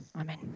Amen